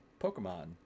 Pokemon